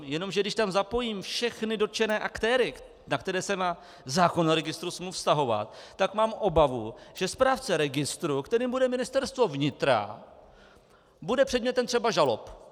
Jenomže když tam zapojím všechny dotčené aktéry, na které se má zákon o registru smluv vztahovat, tak mám obavu, že správce registru, kterým bude Ministerstvo vnitra, bude předmětem třeba žalob.